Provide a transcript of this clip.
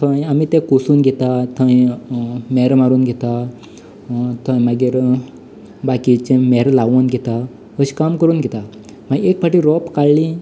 थंय आमी तें कसून घेतात थंय मे मेरो मारून घेतात थंय मागीर बाकीचें मेरो लावन घेता अशें काम करून घेता मागीर एक फावटी रोंप काडलें